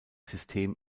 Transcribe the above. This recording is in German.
system